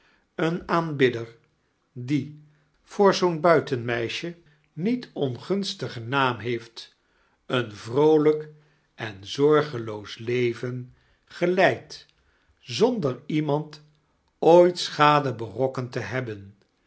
een aanbidder die den voor zoo'n buitenmaisje niet ongunstigen naam heeft een vroolijk en zorgeloos leven geleid zonder iemand ooit stchade berokkend te hebben